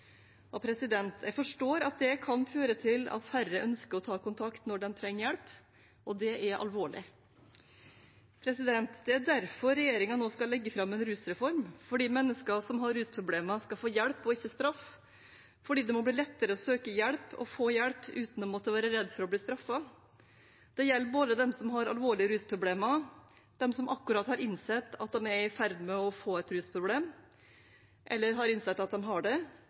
Jeg forstår at det kan føre til at færre ønsker å ta kontakt når de trenger hjelp, og det er alvorlig. Det er derfor regjeringen nå skal legge fram en rusreform, fordi mennesker som har rusproblemer, skal få hjelp og ikke straff, og fordi det må bli lettere å søke hjelp og få hjelp uten å måtte være redd for å bli straffet. Det gjelder både dem som har alvorlige rusproblemer, dem som akkurat har innsett at de er i ferd med å få et rusproblem, eller har innsett at de har det,